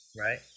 right